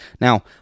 Now